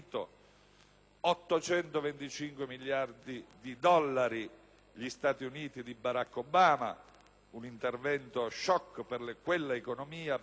825 miliardi di dollari gli Stati Uniti di Barack Obama. Un intervento *shock* per quella economia, basato